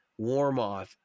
Warmoth